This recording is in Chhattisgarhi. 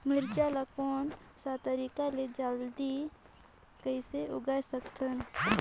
मिरचा ला कोन सा तरीका ले जल्दी कइसे उगाय सकथन?